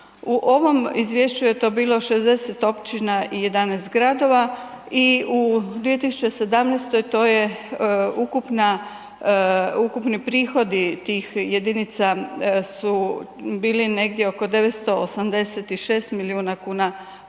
U ovom izvješću je to bilo 60 općina i 11 gradova i u 2017. to je ukupni prihodi tih jedinica su bili negdje oko 986 milijuna kuna